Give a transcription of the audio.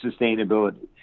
sustainability